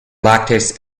lactase